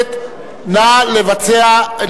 אינני נעלב.